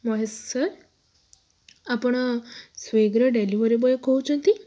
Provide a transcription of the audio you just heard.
Mahesh sir ଆପଣ ସ୍ଵିଗିର delivery boy କହୁଛନ୍ତି